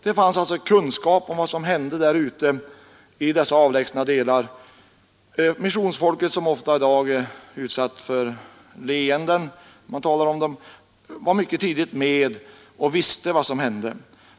Det fanns alltså kunskap om vad som hände i dessa avlägsna delar av världen. Missionärerna, som man i dag talar om med ett överseende leende, visste redan tidigt vad som hände.